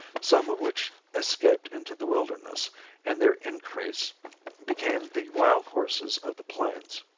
some of which escaped into the wilderness and their increase became the wild horses of the plains.